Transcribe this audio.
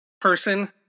person